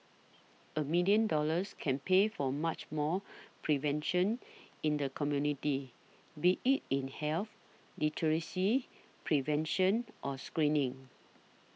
a million dollars can pay for much more prevention in the community be it in health literacy prevention or screening